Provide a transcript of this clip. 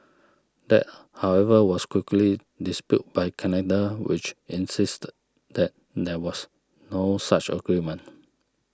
that however was quickly disputed by Canada which insisted that there was no such agreement